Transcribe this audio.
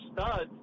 studs